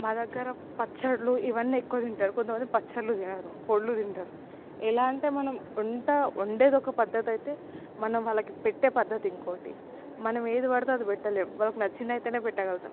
మా దగ్గర పచ్చళ్ళు ఇవన్నెక్కువ తింటారు కొంతమంది పచ్చళ్ళు తినరు పొడులు తింటారు ఎలా అంటే మనం ఎంత వండేదొక పద్ధతయితే మనం వాళ్ళకి పెట్టె పద్దతి ఇంకోటి మనం ఏది పడితే అది పెట్టలేం వాళ్ళకి నచ్చినదయితేనే పెట్టగలుగుతాం